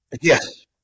Yes